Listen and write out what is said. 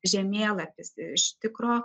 žemėlapis iš tikro